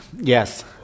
yes